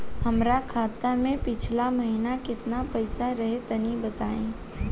हमरा खाता मे पिछला महीना केतना पईसा रहे तनि बताई?